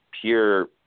pure